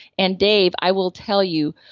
and dave, i will tell you,